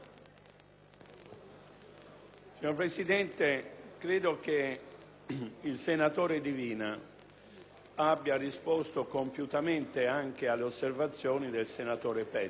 Signora Presidente, credo che il senatore Divina abbia risposto compiutamente anche alle osservazioni del senatore Pedica,